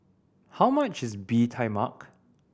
how much is Bee Tai Mak